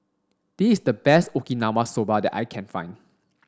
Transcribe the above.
this is the best Okinawa Soba that I can find